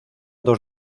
dos